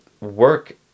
work